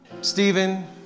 Stephen